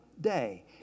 day